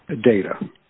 data